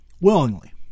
Willingly